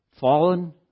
fallen